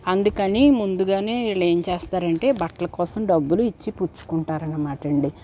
అందుకని ముందుగానే వీళ్ళు ఏం చేస్తారంటే బట్టల కోసం డబ్బులు ఇచ్చి పుచ్చుకుంటారనమాటండి